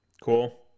Cool